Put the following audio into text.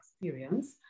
experience